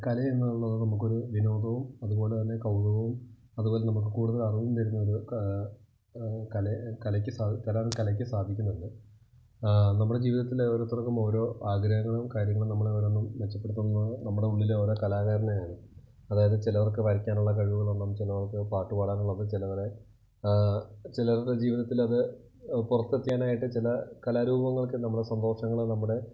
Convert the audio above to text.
കല എന്നുള്ളത് നമ്മൾക്ക് ഒരു വിനോദവും അതുപോലെ തന്നെ കൗതുകവും അതുപോലെ നമുക്ക് കൂടുതല് അറിവും തരുന്ന ഒരു കലയെ കലയ്ക്ക് കലയ്ക്ക് സാധിക്കുന്നുണ്ട് നമ്മുടെ ജീവിതത്തിലെ ഓരോരുത്തര്ക്കും ഓരോ ആഗ്രഹങ്ങളും കാര്യങ്ങളും നമ്മളെ ഓരോന്നും മെച്ചപ്പെടുത്തുന്ന നമ്മുടെ ഉള്ളിലെ ഓരോ കലാകാരനെയാണ് അതായത് ചിലവര്ക്ക് വരയ്ക്കാനുള്ള കഴിവുകൾ ഉണ്ടാകും ചിലവര്ക്ക് പാട്ട് പാടാൻ ഉള്ളത് ചിലവരെ ചിലവര്ക്ക് ഒരു ജീവിതത്തിൽ അത് പുറത്ത് എത്താനായിട്ട് ചില കലാരൂപങ്ങള്ക്ക് നമ്മുടെ സന്തോഷങ്ങൾ നമ്മുടെ